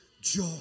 joy